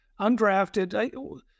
Undrafted